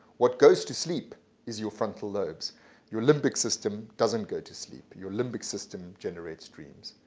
what goes to sleep is your frontal lobes your limbic system doesn't go to sleep. your limbic system generates dreams.